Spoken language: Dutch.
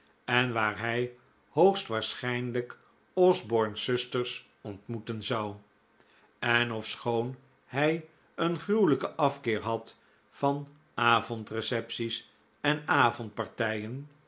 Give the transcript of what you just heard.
en waar hij hoogstwaarschijnlijk osborne's zusters ontmoeten zou en ofschoon hij een gruwelijken af keer had van avondrecepties en